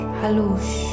halush